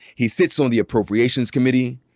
he sits on the appropriations committee,